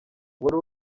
wari